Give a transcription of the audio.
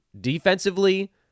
defensively